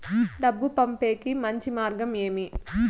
డబ్బు పంపేకి మంచి మార్గం ఏమి